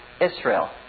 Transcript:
Israel